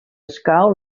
escau